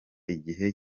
igihe